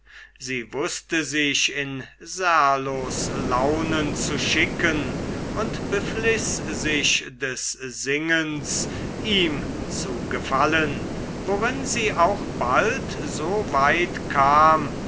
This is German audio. sie wußte sich in serlos launen zu schicken und befliß sich des singens ihm zu gefallen worin sie auch bald so weit kam